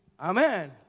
Amen